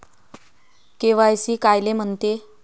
KYC कायले म्हनते?